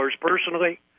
personally